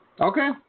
Okay